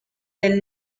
del